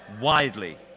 widely